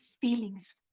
feelings